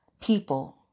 people